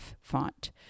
font